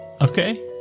Okay